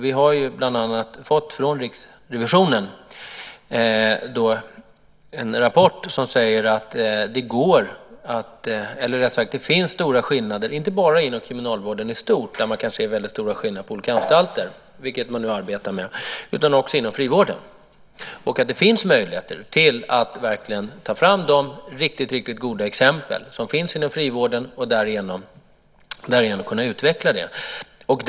Vi har bland annat från Riksrevisionen fått en rapport som säger att det finns stora skillnader inte bara inom kriminalvården i stort - där kan man se väldigt stora skillnader på olika anstalter, vilket man nu arbetar med - utan också inom frivården och att det finns möjligheter att verkligen ta fram de riktigt goda exempel som finns inom frivården för att därigenom kunna utveckla verksamheten.